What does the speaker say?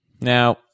Now